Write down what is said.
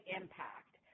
impact